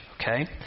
Okay